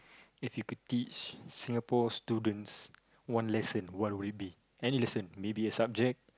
if you could teach Singapore students one lesson what would it be any lesson maybe a subject